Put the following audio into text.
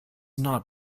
not